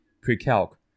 pre-calc